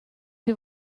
you